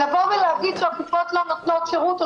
לבוא ולהגיד שהקופות לא נותנות שירות או